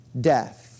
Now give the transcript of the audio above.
death